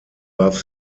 warf